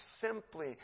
simply